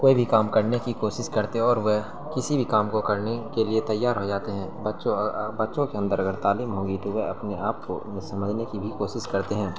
کوئی بھی کام کرنے کی کوشش کرتے اور وہ کسی بھی کام کو کرنے کے لیے تیار ہو جاتے ہیں بچوں بچوں کے اندر اگر تعلیم ہوگی تو وہ اپنے آپ کو سمجھنے کی کوشش کرتے ہیں